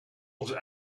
onze